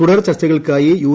തുടർ ചർച്ചകൾക്കായി യു